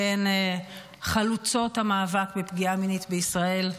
שהם חלוצי המאבק בפגיעה מינית בישראל.